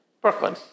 Brooklyn